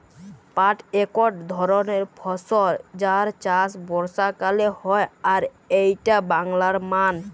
পাট একট ধরণের ফসল যার চাষ বর্ষাকালে হয় আর এইটা বাংলার মান